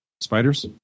Spiders